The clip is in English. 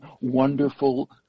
wonderful